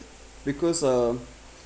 because uh